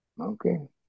Okay